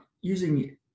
using